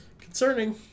Concerning